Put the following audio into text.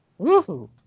Woohoo